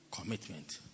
commitment